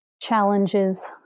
challenges